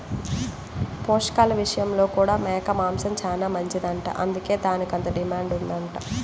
పోషకాల విషయంలో కూడా మేక మాంసం చానా మంచిదంట, అందుకే దానికంత డిమాండ్ ఉందంట